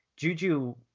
Juju